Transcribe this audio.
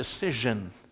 decision